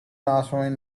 ashram